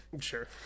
Sure